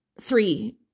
three